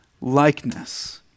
likeness